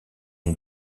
une